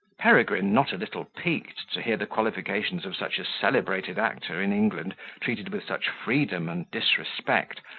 peregrine, not a little piqued to hear the qualifications of such a celebrated actor in england treated with such freedom and disrespect,